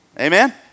Amen